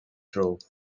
drove